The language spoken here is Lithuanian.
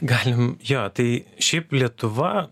galim jo tai šiaip lietuva